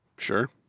Sure